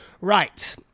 Right